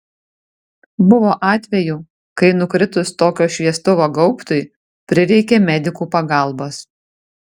buvo atvejų kai nukritus tokio šviestuvo gaubtui prireikė medikų pagalbos